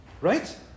right